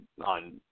on